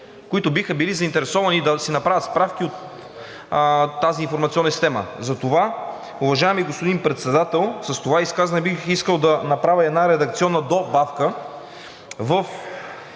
които биха били заинтересовани да си направят справки от тази информационна система. Затова, уважаеми господин Председател, с това изказване бих искал да направя и една редакционна добавка.